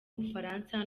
bufaransa